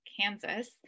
Kansas